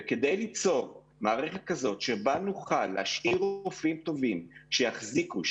וכדי ליצור מערכת כזאת שבה נוכל להשאיר רופאים טובים שיחזיקו,